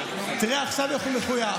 יהיה בסדר.